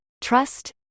Trust